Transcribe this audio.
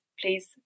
please